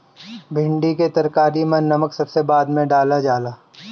भिन्डी के तरकारी में नमक सबसे बाद में डालल जाला